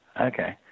Okay